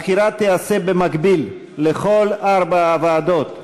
הבחירה תיעשה במקביל לכל ארבע הוועדות.